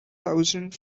thousand